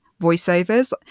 voiceovers